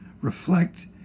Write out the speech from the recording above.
reflect